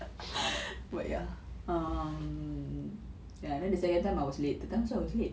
but ya um ya and then the second time I was late third time also I was late